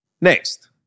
Next